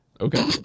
Okay